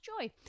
joy